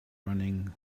running